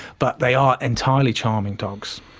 but they are entirely charming dogs.